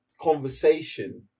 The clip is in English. conversation